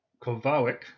Kowalik